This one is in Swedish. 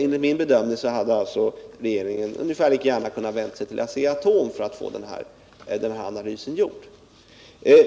Enligt min bedömning hade regeringen alltså lika gärna kunnat vända sig till Asea-Atom för att få denna analys gjord.